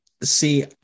See